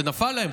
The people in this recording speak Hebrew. זה נפל להם.